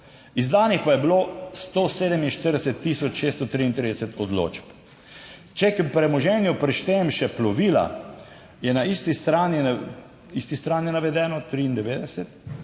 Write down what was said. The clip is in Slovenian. izdanih pa je bilo 147 tisoč 633 odločb. Če k premoženju prištejem še plovila, je na isti strani 93 navedeno,